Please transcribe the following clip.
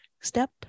Step